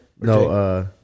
No